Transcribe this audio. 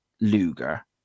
Luger